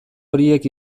horiek